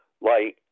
light